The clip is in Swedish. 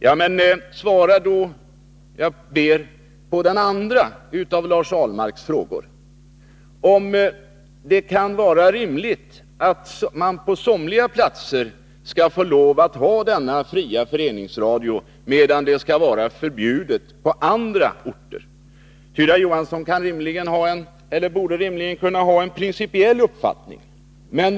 Jag ber då att få svar på den andra av Lars Ahlmarks frågor, om det kan vara rimligt att man på somliga platser skall få lov att ha denna fria föreningsradio, medan det skall vara förbjudet på andra orter. Tyra Johansson borde rimligen ha en principiell uppfattning.